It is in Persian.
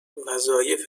وظایف